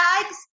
tags